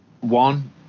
one